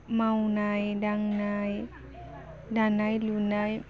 मावनाय दांनाय दानाय लुनाय